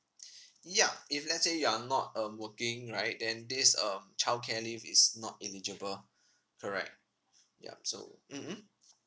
yup if let's say you're not um working right then this um childcare leave is not eligible correct yup so mm mm